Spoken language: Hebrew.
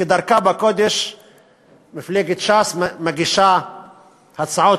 כדרכה בקודש מפלגת ש"ס מגישה הצעות